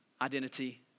identity